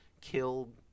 killed